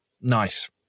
Nice